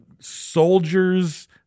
Soldiers